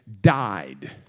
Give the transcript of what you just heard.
died